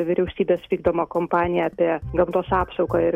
vyriausybės vykdoma kompanija apie gamtos apsaugą ir